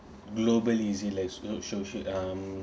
global is it like so~ social um